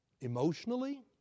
emotionally